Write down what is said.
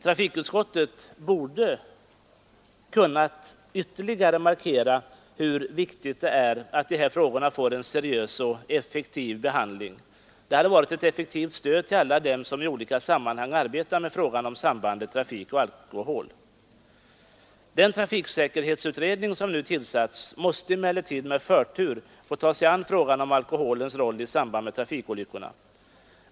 Trafikutskottet borde ha kunnat ytterligare markera hur viktigt det är att dessa frågor får en seriös och effektiv behandling. Det hade varit ett effektivt stöd till alla dem som i olika sammanhang arbetar med frågan om sambandet mellan trafik och alkohol. Den trafiksäkerhetsutredning som nu tillsatts måste emellertid med förtur få ta sig an frågan om alkoholens roll för trafikolyckorna.